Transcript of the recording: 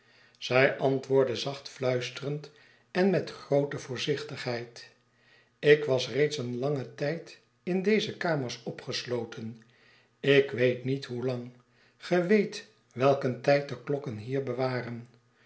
zij antwoordde zacht fluisterend en met groote voorzichtigheid ik was reeds een langen tijd in deze katners opgesloten ik weet niet hoelang ge weet welk een tijd de klokken hier bewaren